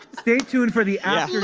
stay tuned for the after-show,